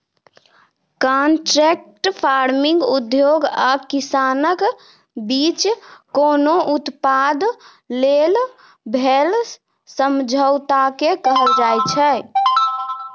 contract farming उद्योग आ किसानक बीच कोनो उत्पाद लेल भेल समझौताकेँ कहल जाइ छै